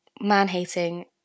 man-hating